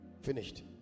finished